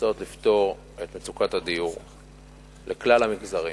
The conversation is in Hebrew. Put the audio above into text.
לנסות לפתור את מצוקת הדיור לכלל המגזרים.